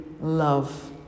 love